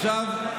עכשיו,